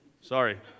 Sorry